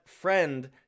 friend